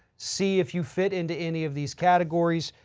see if you fit into any of these categories.